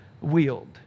wield